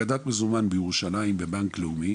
הפקדת מזומן בירושלים בבנק לאומי,